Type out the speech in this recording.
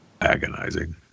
agonizing